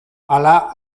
hala